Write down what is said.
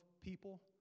people